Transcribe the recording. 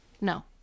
no